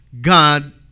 God